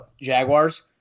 Jaguars